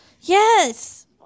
Yes